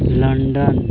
London